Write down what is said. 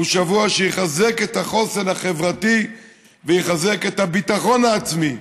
הוא שבוע שיחזק את החוסן החברתי ויחזק את הביטחון העצמי,